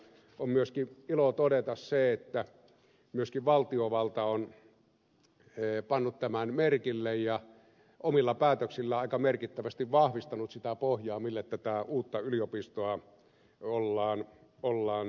on myöskin ilo todeta se että myöskin valtiovalta on pannut tämän merkille ja omilla päätöksillään aika merkittävästi vahvistanut sitä pohjaa mille tätä uutta yliopistoa ollaan synnyttämässä